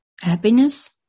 Happiness